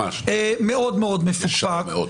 ממש לא, הוא ישר מאוד.